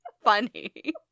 funny